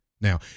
now